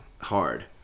hard